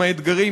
עם האתגרים,